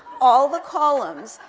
all the columns,